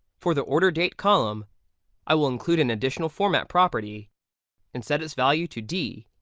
for the order date column i will include an additional format property and set its value to d